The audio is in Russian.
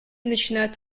начинают